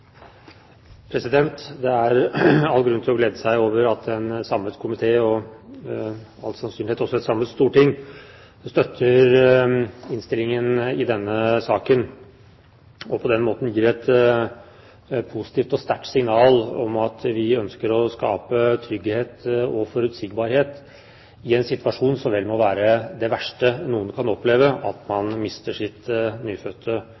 all sannsynlighet også et samlet storting som støtter innstillingen i denne saken, og på den måten gir et positivt og sterkt signal om at vi ønsker å skape trygghet og forutsigbarhet i en situasjon som vel må være det verste noen kan oppleve – at man mister sitt nyfødte